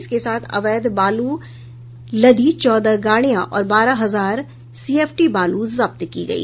इसके साथ अवैध बालू लदी चौदह गाड़िया और बारह हजार सीएफटी बालू जब्त की गयी